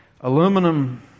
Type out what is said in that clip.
aluminum